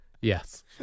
Yes